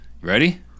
Ready